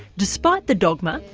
despite the dogma,